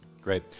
Great